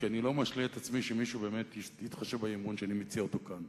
כי אני לא משלה את עצמי שמישהו באמת יתחשב באי-אמון שאני מציע כאן,